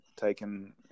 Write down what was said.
taken